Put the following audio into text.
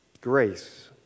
grace